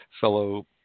fellow